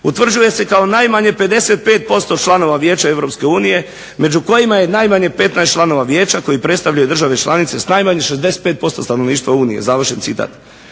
utvrđuje se kao najmanje 55% članova Vijeća Europske unije među kojima je najmanje 15 članova vijeća koji predstavljaju države članice s najmanje 65% stanovništva Unije". A u stavku